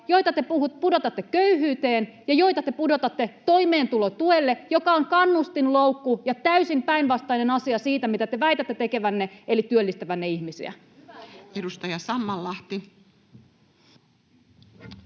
joita te pudotatte köyhyyteen ja joita te pudotatte toimeentulotuelle, joka on kannustinloukku ja täysin päinvastainen asia sille, mitä te väitätte tekevänne eli työllistävänne ihmisiä. [Speech